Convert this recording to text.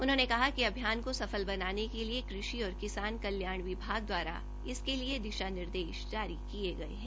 उन्होंने कहा कि अभियान को सफल बनाने के लिए कृषि तथा किसान कल्याण विभाग द्वारा इसके लिए दिशा निर्देश जारी किए गए हैं